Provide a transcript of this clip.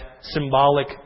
symbolic